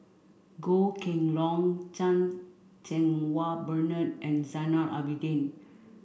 Goh Kheng Long Chan Cheng Wah Bernard and Zainal Abidin